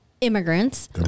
Immigrants